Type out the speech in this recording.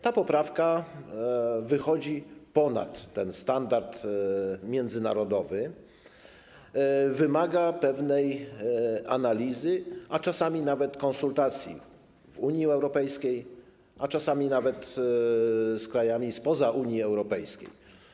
Ta poprawka wychodzi ponad ten standard międzynarodowy, wymaga pewnej analizy, a nawet konsultacji w Unii Europejskiej, czasami też z krajami spoza Unii Europejskiej.